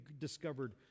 discovered